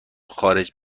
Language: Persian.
خارج